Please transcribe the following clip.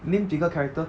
name 几个 character